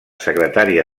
secretària